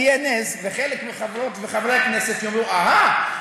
יהיה נס וחלק מחברות וחברי הכנסת יאמרו: אהה,